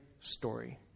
story